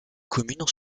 commune